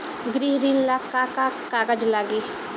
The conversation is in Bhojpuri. गृह ऋण ला का का कागज लागी?